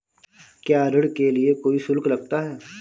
क्या ऋण के लिए कोई शुल्क लगता है?